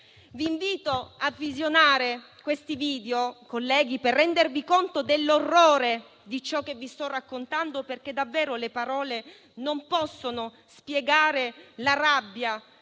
vi invito a visionare questi video per rendervi conto dell'orrore di ciò che vi sto raccontando, perché davvero le parole non possono spiegare la rabbia,